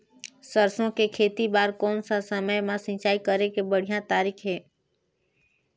सरसो के खेती बार कोन सा समय मां सिंचाई करे के बढ़िया तारीक हे?